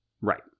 Right